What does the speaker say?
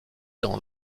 dans